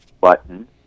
button